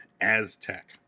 aztec